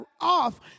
off